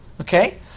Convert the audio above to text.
Okay